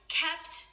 kept